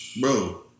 Bro